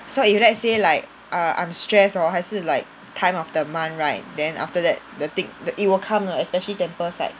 so if let's say like err I'm stressed or 还是 like time of the month right then after that the thing it will come lah especially temples side